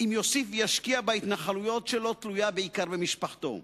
אם יוסיף וישקיע בהתנחלויות שלו תלויה בעיקר במשפחתו.